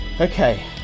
okay